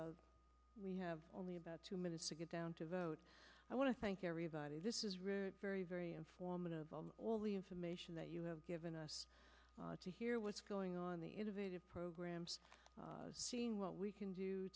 we have only about two minutes to get down to vote i want to thank everybody this is very very informative on all the information that you have given us to hear what's going on the innovative programs what we can do